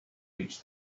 reached